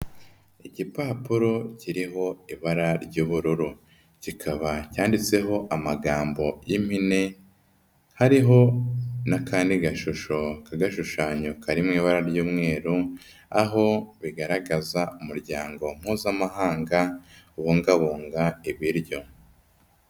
Igipapuro kiriho ibara ry'ubururu, kikaba cyanditseho amagambo y'impine, hariho n'akandi gashusho k'agashushanyo karimo ibara ry'umweru, aho bigaragaza umuryango Mpuzamahanga ubungabunga ibiryo.